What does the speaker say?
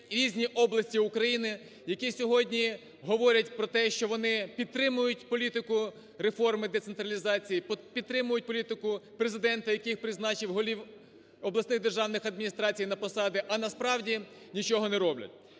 різні області України, які сьогодні говорять про те, що вони підтримують політику реформи децентралізації, підтримують політику Президента, який призначив голів обласних державних адміністрацій на посади, а насправді нічого не роблять.